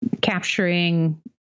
capturing